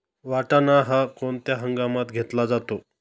वाटाणा हा कोणत्या हंगामात घेतला जातो?